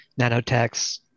nanotechs